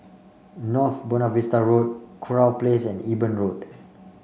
North Buona Vista Road Kurau Place and Eben Road